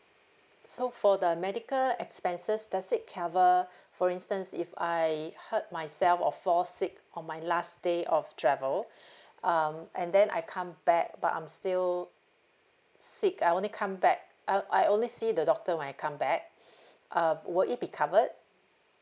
so for the medical expenses does it cover for instance if I hurt myself or fall sick on my last day of travel um and then I come back but I'm still sick I only come back I I only see the doctor when I come back uh will it be covered